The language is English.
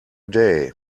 day